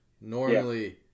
normally